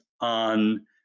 on